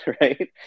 right